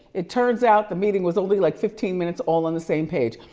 it turns out the meeting was only like fifteen minutes all on the same page.